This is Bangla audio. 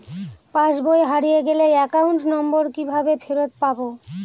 পাসবই হারিয়ে গেলে অ্যাকাউন্ট নম্বর কিভাবে ফেরত পাব?